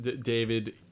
David